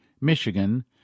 Michigan